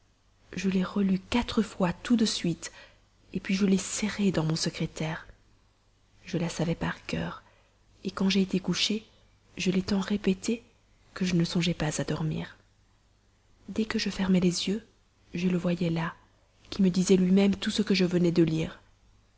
je l'ai relue quatre fois tout de suite puis je l'ai serrée dans mon secrétaire je la savais par cœur quand j'ai été couchée je l'ai tant répétée que je ne songeais pas à dormir dès que je fermais les yeux je le voyais là qui me disait lui-même tout ce que je venais de lire